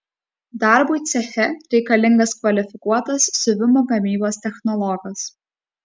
darbui ceche reikalingas kvalifikuotas siuvimo gamybos technologas